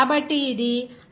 కాబట్టి ఇది RT by P అవుతుంది